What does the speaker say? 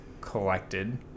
collected